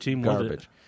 garbage